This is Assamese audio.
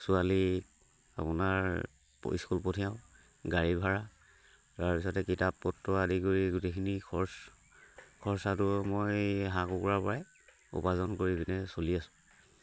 ছোৱালী আপোনাৰ স্কুল পঠিয়াও গাড়ী ভাড়া তাৰপিছতে কিতাপ পত্ৰ আদি কৰি গোটেইখিনি খৰচ খৰচটো মই হাঁহ কুকুৰাৰ পৰাই উপাৰ্জন কৰি পিনে চলি আছোঁ